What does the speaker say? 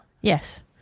yes